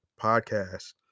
Podcast